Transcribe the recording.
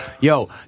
Yo